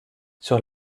sur